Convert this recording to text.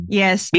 yes